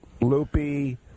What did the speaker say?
loopy